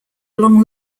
along